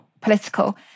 political